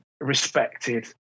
respected